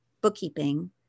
bookkeeping